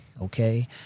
Okay